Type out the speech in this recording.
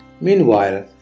Meanwhile